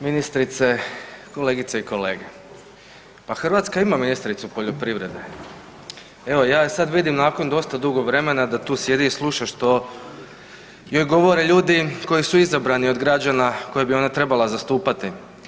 Ministrice, kolegice i kolege, pa Hrvatska ima ministricu poljoprivrede, evo ja je sad vidim nakon dosta dugo vremena da tu sjedi i sluša što joj govore ljudi koji su izabrani od građana koje bi ona trebala zastupati.